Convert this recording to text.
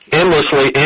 endlessly